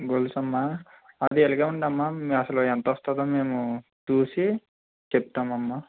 గొలుసు అమ్మ అది ఎలాగ ఉందమ్మ అసలు ఎంత వస్తుందో మేము చూసి చెప్తాం అమ్మ